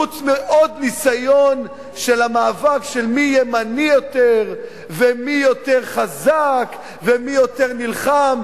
חוץ מעוד ניסיון של המאבק של מי ימני יותר ומי יותר חזק ומי יותר נלחם?